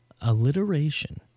Alliteration